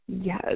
Yes